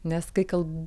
nes kai kal